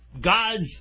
God's